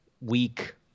weak